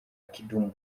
kidumu